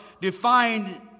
defined